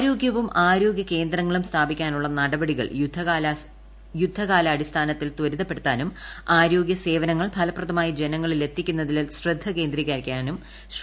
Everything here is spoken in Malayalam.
ആരോഗ്യവും ആരോഗ്യ കേന്ദ്രങ്ങളും സ്ഥാപിക്കാനുള്ള നടപടികൾ യുദ്ധകാലാടിസ്ഥാനത്തിൽ ത്വരിതപ്പെടുത്താനും ആരോഗ്യ സേവനങ്ങൾ ഫലപ്രദമായി ജനങ്ങളിൽ എത്തിക്കുന്നതിൽ ശ്രദ്ധ കേന്ദ്രീകരിക്കാനും ശ്രീ